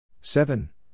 seven